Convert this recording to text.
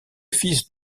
fils